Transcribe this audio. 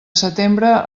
setembre